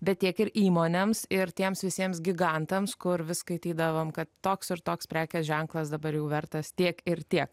bet tiek ir įmonėms ir tiems visiems gigantams kur vis skaitydavom kad toks ir toks prekės ženklas dabar jau vertas tiek ir tiek